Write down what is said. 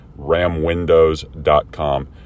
ramwindows.com